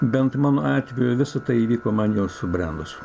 bent mano atveju visa tai įvyko man jau subrendus